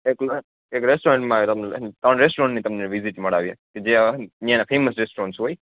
એક એક રેસ્ટોરન્ટમાં તમને ત્રણ રેસ્ટોરન ની તમને વિજિટ મરાવીએ જે ન્યાના ફેમસ રેસ્ટોરન્ટ હોય